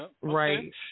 Right